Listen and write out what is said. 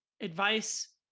advice